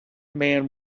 man